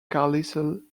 carlisle